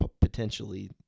potentially